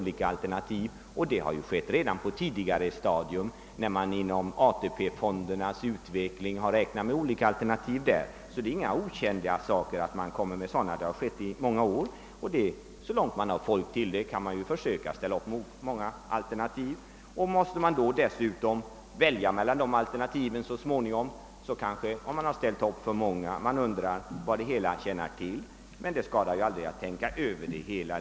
Detta har ju gjorts redan på ett tidigare stadium, när man genom ATP-fondernas utveckling har räknat med olika alternativ. Det är alltså inga okända saker — det har skett i flera år. Och i den utsträckning man har folk till det kan man ju försöka ställa upp många alternativ. Måste man dessutom så småningom välja mellan alternativen finner man kanske att man ställt upp för många — man undrar vad det hela tjänar till. Men det skadar ju aldrig att tänka över saken.